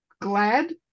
glad